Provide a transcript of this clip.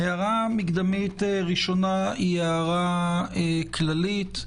הערה מקדמית ראשונה היא הערה כללית.